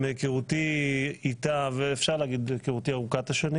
מהיכרותי איתה ואפשר להגיד היכרותי ארוכת השנים